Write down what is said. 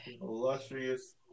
Illustrious